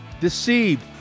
deceived